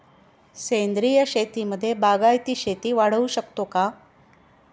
सेंद्रिय शेतीमध्ये बागायती शेती वाढवू शकतो का?